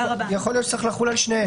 יכול להיות שזה צריך לחול על שניהם.